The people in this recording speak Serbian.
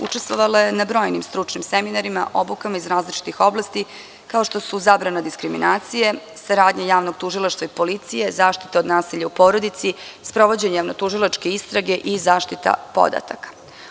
Učestvovala je na brojnim stručnim seminarima, obukama iz različitih oblasti, kao što su: zabrana diskriminacije, saradnja Javnog tužilaštva i Policije, zaštita od nasilja u porodici, sprovođenje javno-tužilačke istrage i zaštita podataka.